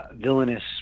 villainous